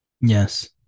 Yes